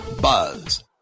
.buzz